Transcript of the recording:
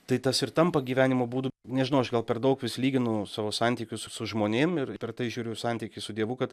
tai tas ir tampa gyvenimo būdu nežinau aš gal per daug prisilyginu savo santykius su žmonėm ir per tai žiūriu santykį su dievu kad